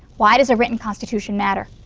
why does a written constitution matter?